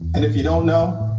and if you don't know,